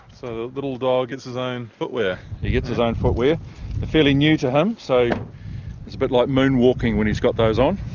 the little dog gets his own footwear. he gets his own footwear. they're fairly new to him so it's a bit like moon-walking when he's got those on.